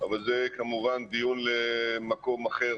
אבל זה כמובן דיון למקום אחר.